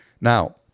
Now